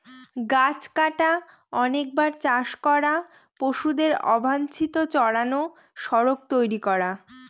গাছ কাটা, অনেকবার চাষ করা, পশুদের অবাঞ্চিত চড়ানো, সড়ক তৈরী করা